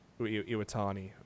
Iwatani